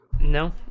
No